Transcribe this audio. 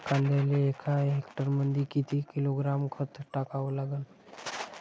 कांद्याले एका हेक्टरमंदी किती किलोग्रॅम खत टाकावं लागन?